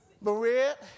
Maria